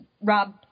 Rob